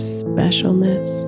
specialness